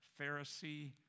Pharisee